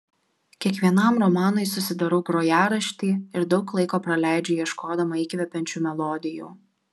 kiekvienam romanui susidarau grojaraštį ir daug laiko praleidžiu ieškodama įkvepiančių melodijų